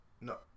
No